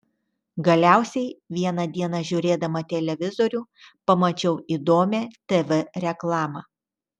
galiausiai vieną dieną žiūrėdama televizorių pamačiau įdomią tv reklamą